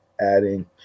adding